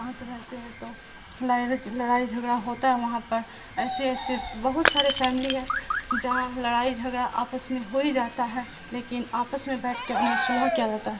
ہت رہتے ہیں تو ل لڑائی جھگڑا ہوتا ہے وہاں پر ایسیے ایسیے بہت سارے فیملی ہیں جہاں لڑائی جھگڑا آپس میں ہو ہی جاتا ہے لیکن آپس میں بیٹھ کے انہیں سللہحا کیا جاتا ہے